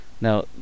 Now